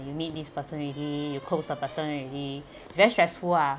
you meet this person already you close the person already very stressful ah